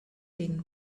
been